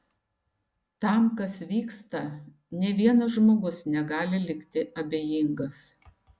tam kas vyksta nė vienas žmogus negali likti abejingas